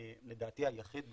היחיד בארץ,